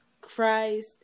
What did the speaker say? christ